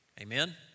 Amen